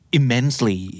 immensely